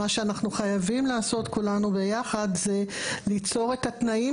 מה שאנחנו חייבים לעשות כולנו ביחד זה ליצור את התנאים